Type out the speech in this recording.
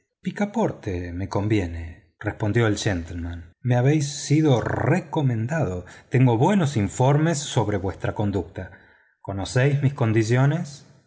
picaporte picaporte me conviene respondió el gentiemen me habéis sido recomendado tengo buenos informes sobre vuestra conducta conocéis mis condiciones